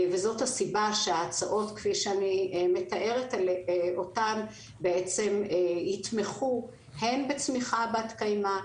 זאת הסיבה שההצעות כפי שאני מתארת אותן יתמכו הן בצמיחה בת קיימא,